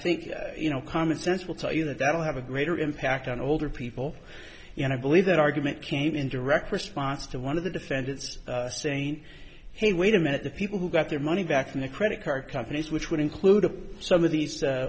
think you know common sense will tell you that that will have a greater impact on older people you know i believe that argument came in direct response to one of the defendants saying hey wait a minute the people who got their money back in the credit card companies which would include of some of these